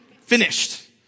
Finished